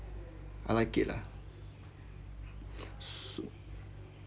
I like it lah so